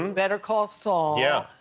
um better call saul. yeah.